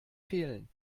fehlen